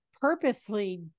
purposely